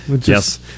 Yes